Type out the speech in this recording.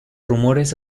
rumores